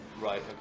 right